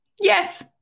Yes